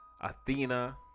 Athena